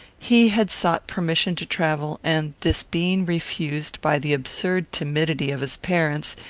he had sought permission to travel, and, this being refused by the absurd timidity of his parents,